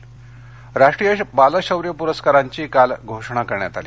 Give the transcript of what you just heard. शौर्य परस्कार राष्ट्रीय बाल शौर्य पुरस्कारांची काल घोषणा करण्यात आली